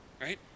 right